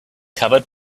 covered